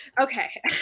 Okay